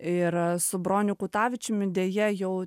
ir su broniu kutavičiumi deja jau